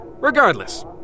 Regardless